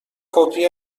کپی